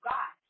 God